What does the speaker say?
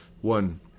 One